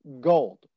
gold